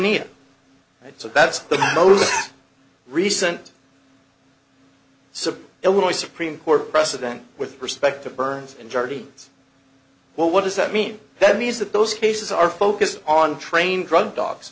beneath so that's the most recent so illinois supreme court precedent with respect to burns and dirty well what does that mean that means that those cases are focused on trained drug dogs